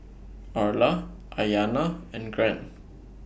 Orla Aiyana and Grant